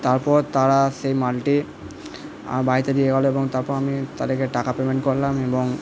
তারপর তারা সেই মালটি আমার বাড়িতে দিয়ে গেলো এবং তারপর আমি তাদেরকে টাকা পেমেন্ট করলাম এবং